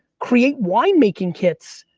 create wine making kits.